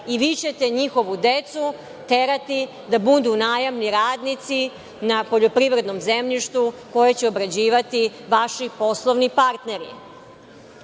i vi ćete njihovu decu terati da budu najamni radnici na poljoprivrednom zemljištu koje će obrađivati vaši poslovni partneri. Kada